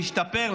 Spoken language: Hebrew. להשתפר,